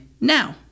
now